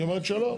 היא אומרת שלא.